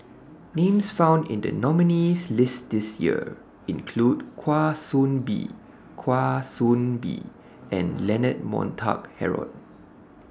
Names found in The nominees' list This Year include Kwa Soon Bee Kwa Soon Bee and Leonard Montague Harrod